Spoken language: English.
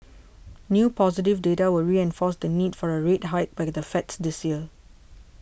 new positive data will reinforce the need for a rate hike by the Fed this year